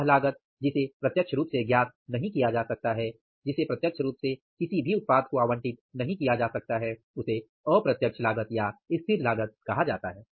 वह लागत जिसे प्रत्यक्ष रूप से ज्ञात नहीं किया जा सकता है जिसे प्रत्यक्ष रूप से किसी उत्पाद को आवंटित नहीं किया जा सकता है उसे अप्रत्यक्ष लागत कहा जाता है